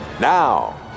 Now